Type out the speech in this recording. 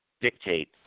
dictate